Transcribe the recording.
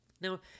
Now